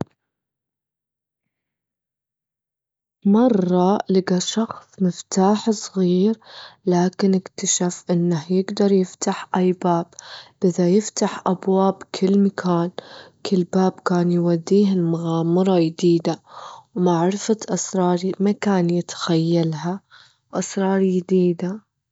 في مرة لجى شخص مفتاح صغير، لكن اكتشف إنه يجدر يفتح أي باب، بذا يفتح أبواب كل مكان، كل باب كان يوديه لمغامرة يديدة، ومعرفة أسرار ما كان يتخيلها، وأسرار يديدة.